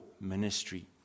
ministry